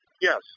Yes